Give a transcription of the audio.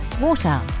water